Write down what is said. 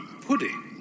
pudding